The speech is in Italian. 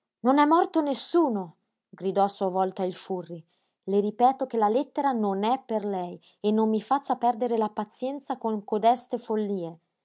non è morto nessuno gridò a sua volta il furri le ripeto che la lettera non è per lei e non mi faccia perdere la pazienza con codeste follie